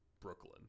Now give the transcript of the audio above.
Brooklyn